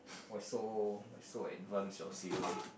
why so why so advanced your cereal [one]